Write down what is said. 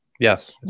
Yes